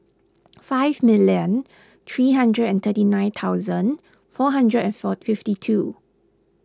five million three hundred and thirty nine thousand four hundred and four fifty two